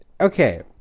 okay